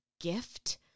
gift